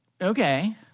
Okay